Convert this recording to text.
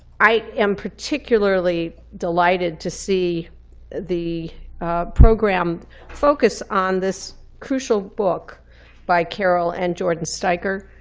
i am particularly delighted to see the program focus on this crucial book by carol and jordan steiker.